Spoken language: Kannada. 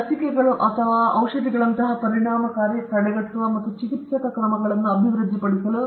ಮತ್ತು ಲಸಿಕೆಗಳು ಅಥವಾ ಔಷಧಿಗಳಂತಹ ಪರಿಣಾಮಕಾರಿ ತಡೆಗಟ್ಟುವ ಮತ್ತು ಚಿಕಿತ್ಸಕ ಕ್ರಮಗಳನ್ನು ಅಭಿವೃದ್ಧಿಪಡಿಸಲು